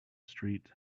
street